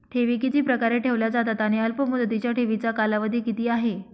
ठेवी किती प्रकारे ठेवल्या जातात आणि अल्पमुदतीच्या ठेवीचा कालावधी किती आहे?